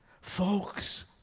Folks